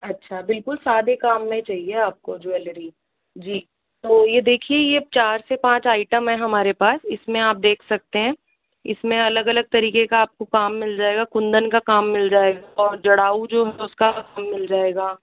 अच्छा बिलकुल सादे काम में चाहिए आपको ज्वेलरी जी तो ये देखिये ये चार से पाँच आइटम है हमारे पास इसमें आप देख सकते है इसमें अलग अलग तरीके का आपको काम मिल जायेगा कुंदन का काम मिल जायेगा और जड़ाऊ जो है उसका काम मिल जायेगा